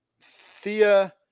Thea